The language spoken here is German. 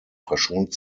verschont